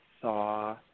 saw